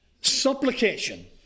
supplication